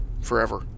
forever